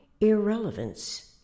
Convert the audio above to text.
irrelevance